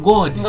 God